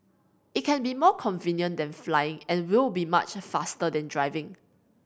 it can be more convenient than flying and will be much faster than driving